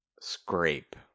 scrape